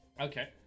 Okay